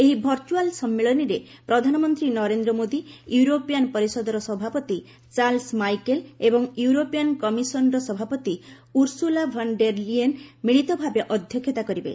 ଏହି ଭର୍ଚୁଆଲ ସମ୍ମିଳନୀରେ ପ୍ରଧାନମନ୍ତ୍ରୀ ନରେନ୍ଦ୍ର ମୋଦୀ ୟୁରୋପୀଆନ୍ ପରିଷଦର ସଭାପତି ଚାର୍ଲସ ମାଇକେଲ୍ ଏବଂ ୟୁରୋପିଆନ୍ କମିଶନର ସଭାପତି ଉର୍ସୁଲା ଭନ୍ ଡେର ଲିଏନ୍ ମିଳିତ ଭାବେ ଅଧ୍ୟକ୍ଷତା କରିବେ